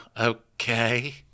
okay